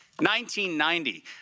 1990